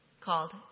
called